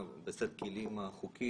יש למערכת הרבה יותר כלים להתמודד